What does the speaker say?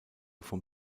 vom